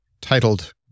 titled